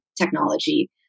technology